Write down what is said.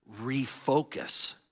refocus